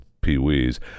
Pee-wees